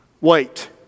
Wait